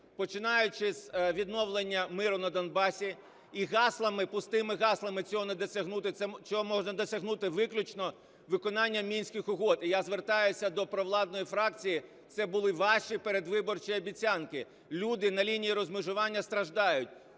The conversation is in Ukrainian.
починаючи з відновлення миру на Донбасі. І гаслами, пустими гаслами цього не досягнути, це можна досягнути виключно виконанням Мінських угод. І я звертаюся до провладної фракції, це були ваші передвиборчі обіцянки. Люди на лінії розмежування страждають,